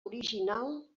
original